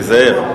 תיזהר.